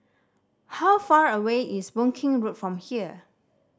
how far away is Boon Keng Road from here